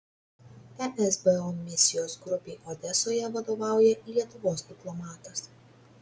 esbo misijos grupei odesoje vadovauja lietuvos diplomatas